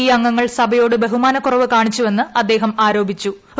ഈ അംഗങ്ങൾ സ്ഥഭയോട് ബഹുമാന കുറവ് കാണിച്ചുവെന്ന് അദ്ദേഹം ആരോപ്പിച്ചു്